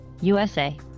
USA